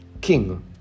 king